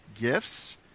gifts